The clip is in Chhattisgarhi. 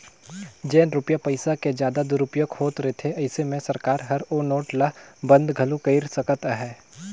जेन रूपिया पइसा के जादा दुरूपयोग होत रिथे अइसे में सरकार हर ओ नोट ल बंद घलो कइर सकत अहे